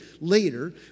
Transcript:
later